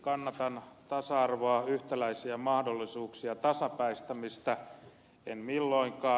kannatan tasa arvoa yhtäläisiä mahdollisuuksia tasapäistämistä en milloinkaan